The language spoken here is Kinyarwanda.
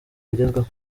bigezweho